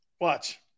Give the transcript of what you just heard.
watch